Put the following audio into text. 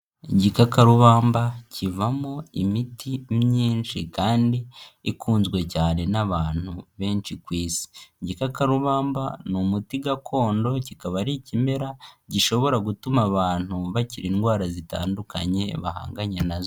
Igikakarubamba kivamo imiti myinshi kandi ikunzwe cyane n'abantu benshi ku isi, igikakarubamba ni umuti gakondo kikaba ari ikimera gishobora gutuma abantu bakira indwara zitandukanye bahanganye nazo.